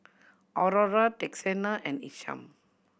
Aurora Texanna and Isham